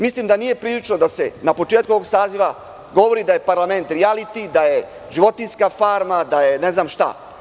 Mislim da nije prilično da se na početku ovog saziva govori da je parlament rijaliti, da je životinjska farma, da je ne znam šta.